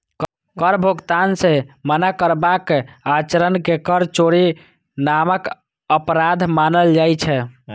कर भुगतान सं मना करबाक आचरण कें कर चोरी नामक अपराध मानल जाइ छै